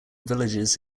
villages